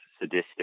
sadistic